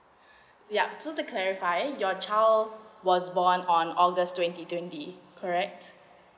ya so to clarify your child was born on august twenty twenty correct